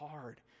hard